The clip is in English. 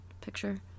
picture